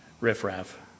riffraff